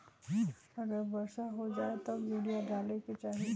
अगर वर्षा हो जाए तब यूरिया डाले के चाहि?